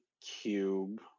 cube